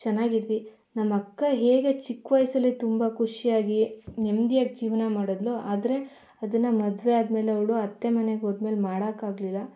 ಚೆನ್ನಾಗಿದ್ವಿ ನಮ್ಮಕ್ಕ ಹೇಗೆ ಚಿಕ್ಕ ವಯಸಲ್ಲಿ ತುಂಬ ಖುಷಿಯಾಗಿ ನೆಮ್ದಿಯಾಗಿ ಜೀವನ ಮಾಡಿದಳೋ ಆದರೆ ಅದನ್ನು ಮದುವೆ ಆದ್ಮೇಲೆ ಅವಳು ಅತ್ತೆ ಮನೆಗೆ ಹೋದ್ಮೇಲೆ ಮಾಡೋಕೆ ಆಗಲಿಲ್ಲ